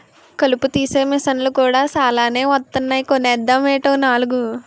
కలుపు తీసే మిసన్లు కూడా సాలానే వొత్తన్నాయ్ కొనేద్దామేటీ ఓ నాలుగు?